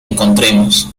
encontremos